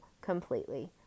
completely